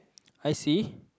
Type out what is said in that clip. I see